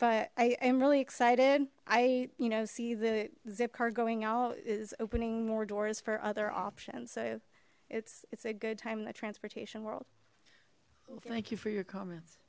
but i am really excited i you know see the zip cars going out is opening more doors for other options so it's it's a good time in the transportation world thank you for your comments